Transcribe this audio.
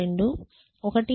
32 1